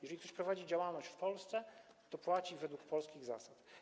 Jeżeli ktoś prowadzi działalność w Polsce, to płaci według polskich zasad.